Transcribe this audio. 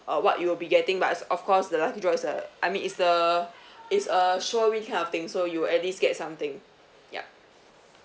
uh what you will be getting but it's of course the lucky draw is a I mean is the it's a sure win kind of thing so you will at least get something yup